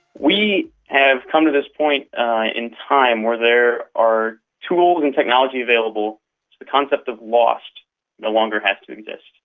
we have come to this point in time where there are tools and technologies available so the concept of lost no longer has to exist.